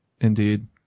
indeed